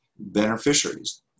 beneficiaries